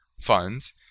funds